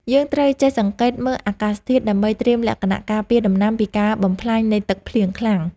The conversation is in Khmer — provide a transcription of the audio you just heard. យើងត្រូវចេះសង្កេតមើលអាកាសធាតុដើម្បីត្រៀមលក្ខណៈការពារដំណាំពីការបំផ្លាញនៃទឹកភ្លៀងខ្លាំង។